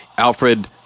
Alfred